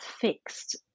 fixed